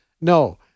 No